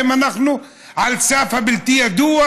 האם אנחנו על סף הבלתי-ידוע,